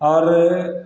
और